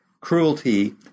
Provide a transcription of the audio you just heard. cruelty